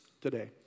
today